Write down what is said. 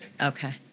Okay